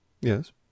Yes